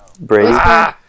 Brady